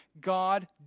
God